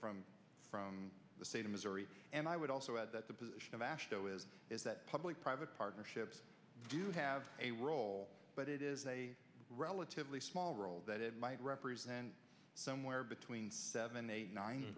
from from the state of missouri and i would also add that the position of ash though is is that public private partnerships do have a role but it is a relatively small role that it might represent somewhere between seven eight nine